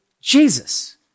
Jesus